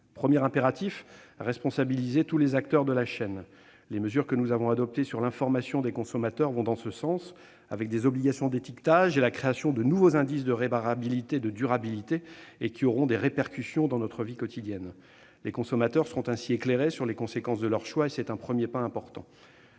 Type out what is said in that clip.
premier impératif est de responsabiliser tous les acteurs de la chaîne. Les mesures que nous avons adoptées pour l'information des consommateurs vont dans ce sens, avec des obligations d'étiquetage et la création de nouveaux indices de réparabilité et de durabilité, qui auront des répercussions dans notre vie quotidienne : les consommateurs seront éclairés quant aux conséquences de leurs choix, et ce premier pas a toute